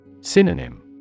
Synonym